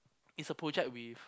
it's a project with